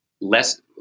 less